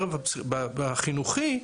בחינוכי,